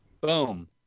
Boom